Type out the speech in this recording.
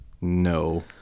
No